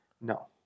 No